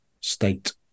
state